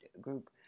group